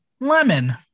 lemon